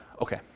okay